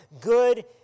Good